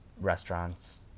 restaurants